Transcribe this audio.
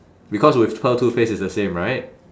because with pearl toothpaste it's the same right